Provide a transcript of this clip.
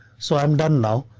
so i'm done now,